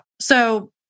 So-